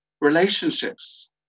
relationships